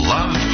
Love